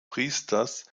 priesters